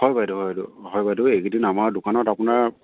হয় বাইদেউ হয় বাইদেউ হয় বাইদেউ এইকেইদিন আমাৰ দোকানত আপোনাৰ